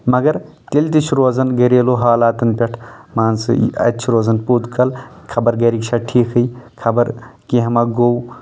مَگر تیٚلہِ تہِ چھِ روزان گَریلوٗ حلاتن پٮ۪ٹھ مان ژٕ اَتہِ چھُ روزن پوٚت کل خبر گرِکۍ چھا ٹھیٖکھٕے خبر کیٚنٛہہ مہ گوٚو